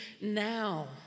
now